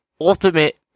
ultimate